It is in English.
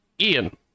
Ian